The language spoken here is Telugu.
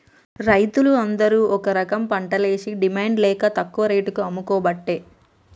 రైతులు అందరు ఒక రకంపంటలేషి డిమాండ్ లేక తక్కువ రేటుకు అమ్ముకోబట్టే